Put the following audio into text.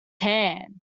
tan